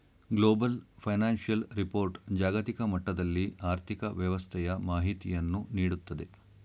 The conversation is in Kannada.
ಗ್ಲೋಬಲ್ ಫೈನಾನ್ಸಿಯಲ್ ರಿಪೋರ್ಟ್ ಜಾಗತಿಕ ಮಟ್ಟದಲ್ಲಿ ಆರ್ಥಿಕ ವ್ಯವಸ್ಥೆಯ ಮಾಹಿತಿಯನ್ನು ನೀಡುತ್ತದೆ